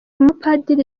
umupadiri